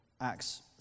Acts